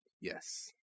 Yes